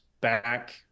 back